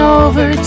over